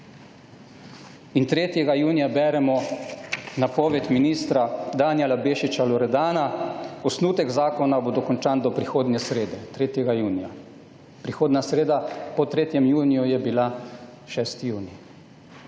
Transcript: In 3. junija beremo napoved ministra Danijela Bešiča Loredana: »Osnutek zakona bo dokončan do prihodnje srede«. 3. junija. Prihodnja sreda po 3. juniju je bila 6. junij.